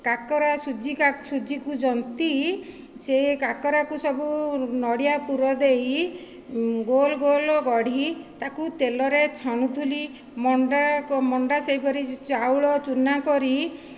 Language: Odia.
କାକରା ସୁଜିକୁ ଯନ୍ତି ସେ କାକରାକୁ ସବୁ ନଡ଼ିଆ ପୂର ଦେଇ ଗୋଲ ଗୋଲ ଗଢ଼ି ତାକୁ ତେଲରେ ଛାଣୁଥିଲି ମଣ୍ଡା ମଣ୍ଡା କୁ ସେହିପରି ଚାଉଳ ଚୁନା କରି